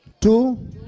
two